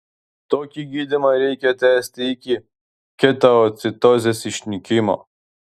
tokį gydymą reikia tęsti iki ketoacidozės išnykimo